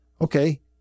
Okay